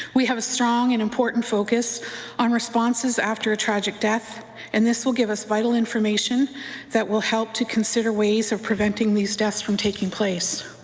we have a strong and important focus on responses after a tragic death and this will give us vital information that will help to consider ways of preventing these deaths from taking place.